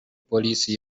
polisi